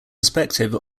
perspective